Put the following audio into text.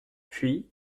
puis